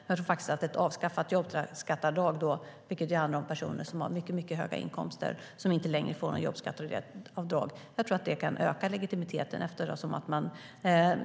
Jag tror att ett avskaffat jobbskatteavdrag - det handlar om att personer som har mycket höga inkomster inte längre ska få något jobbskatteavdrag - kan öka legitimiteten.